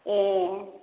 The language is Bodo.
ए